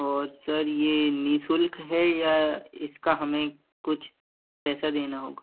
और सर यह निःशुल्क है या इसका हमें कुछ पैसा देना होगा